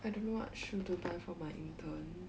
I don't know what shoe to buy for my intern